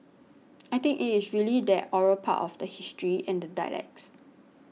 I think it is really that oral part of the history and the dialects